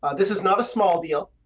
this is not a small deal,